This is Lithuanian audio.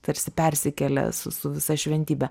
tarsi persikėlė su su visa šventybe